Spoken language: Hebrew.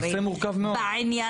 נושא מורכב מאוד.